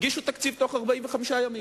הגישו תקציב בתוך 45 יום.